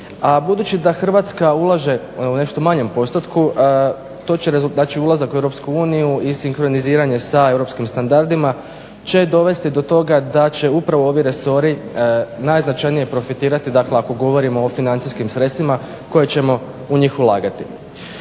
budući da Hrvatska ulaže u nešto manjem postupku, znači ulazak u EU i sinkroniziranje sa europskim standardima će dovesti do toga da će upravo ovi resori najznačajnije profitirati dakle ako govorimo o financijskim sredstvima koje ćemo u njih ulagati.